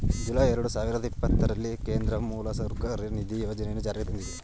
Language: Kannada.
ಜುಲೈ ಎರಡು ಸಾವಿರದ ಇಪ್ಪತ್ತರಲ್ಲಿ ಕೇಂದ್ರ ಮೂಲಸೌಕರ್ಯ ನಿಧಿ ಯೋಜನೆಯನ್ನು ಜಾರಿಗೆ ತಂದಿದೆ